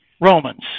Romans